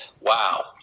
Wow